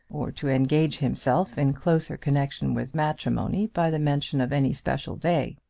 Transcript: or to engage himself in closer connection with matrimony by the mention of any special day.